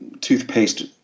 toothpaste